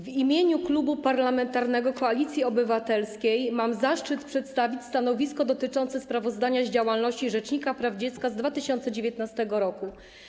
W imieniu Klubu Parlamentarnego Koalicji Obywatelskiej mam zaszczyt przedstawić stanowisko dotyczące sprawozdania z działalności rzecznika praw dziecka z 2019 r.